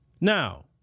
Now